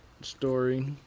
story